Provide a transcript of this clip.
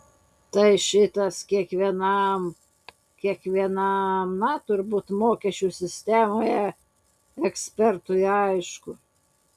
tai šitas kiekvienam kiekvienam na turbūt mokesčių sistemoje ekspertui aišku